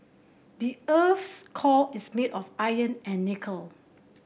the earth's core is made of iron and nickel